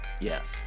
Yes